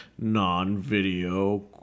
non-video